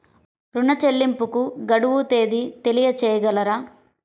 ఋణ చెల్లింపుకు గడువు తేదీ తెలియచేయగలరా?